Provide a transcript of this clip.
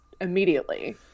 immediately